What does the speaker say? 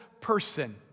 person